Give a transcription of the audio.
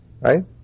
right